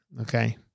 okay